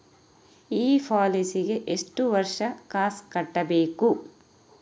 ಈ ಪಾಲಿಸಿಗೆ ಎಷ್ಟು ವರ್ಷ ಕಾಸ್ ಕಟ್ಟಬೇಕು?